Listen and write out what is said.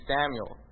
Samuel